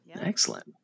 Excellent